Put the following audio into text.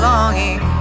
Longing